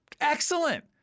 excellent